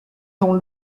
dans